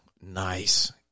Nice